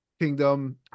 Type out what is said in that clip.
kingdom